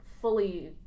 fully